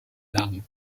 larmes